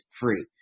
free